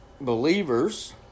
believers